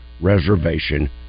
reservation